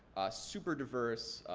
super diverse,